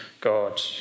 God